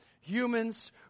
Humans